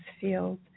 field